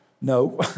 No